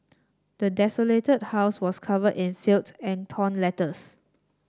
the desolated house was covered in filth and torn letters